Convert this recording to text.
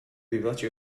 vivaci